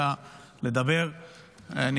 לדבר בכל שלב במליאה.